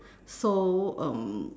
so um